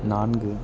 நான்கு